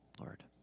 Lord